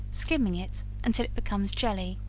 skimming it, until it becomes jelly,